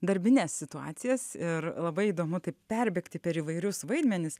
darbines situacijas ir labai įdomu taip perbėgti per įvairius vaidmenis